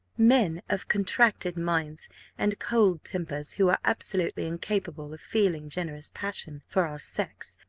men of contracted minds and cold tempers, who are absolutely incapable of feeling generous passion for our sex,